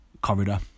corridor